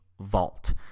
Vault